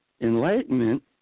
enlightenment